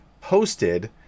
posted